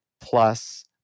plus